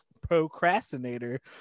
procrastinator